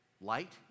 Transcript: Light